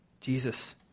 Jesus